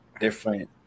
different